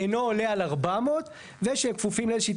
אינו עולה על 400 ושהם כפופים לאיזה שהיא